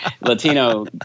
Latino